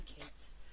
kids